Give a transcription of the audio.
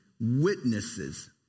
witnesses